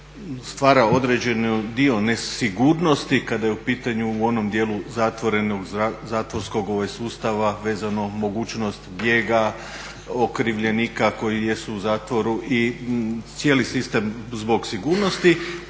stvara određeni dio nesigurnosti kada je u pitanju u onom dijelu zatvorskog sustava vezano mogućnost bijega okrivljenika koji jesu u zatvoru i cijeli sistem zbog sigurnosti.